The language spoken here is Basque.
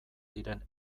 diren